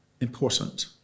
important